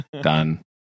Done